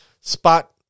spot